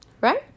Right